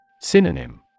Synonym